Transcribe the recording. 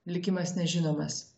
likimas nežinomas